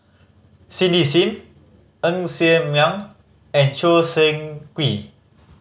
Cindy Sim Ng Ser Miang and Choo Seng Quee